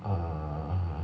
err